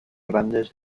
grandes